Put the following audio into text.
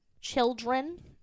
Children